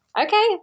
Okay